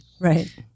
right